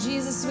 Jesus